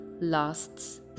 lasts